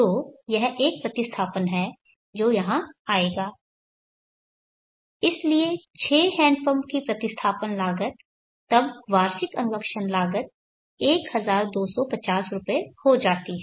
तो यह एक प्रतिस्थापन है जो यहां आएगा इसलिए 6 हैंड पंप की प्रतिस्थापन लागत तब वार्षिक अनुरक्षण लागत 1250 रुपये हो जाती है